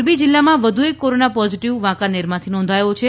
મોરબી જીલ્લામાં વધુ એક કોરોના પોઝીટીવ વાંકાનેરમાંથી નોંધાયો છે